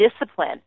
discipline